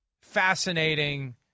fascinating